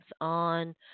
on